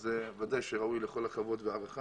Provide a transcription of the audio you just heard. אז ודאי שזה ראוי לכל הכבוד וההערכה